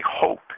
hope